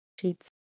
sheets